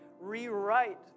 rewrite